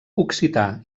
occità